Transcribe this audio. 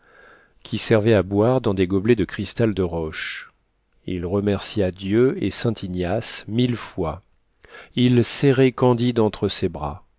qui servaient à boire dans des gobelets de cristal de roche il remercia dieu et saint ignace mille fois il serrait candide entre ses bras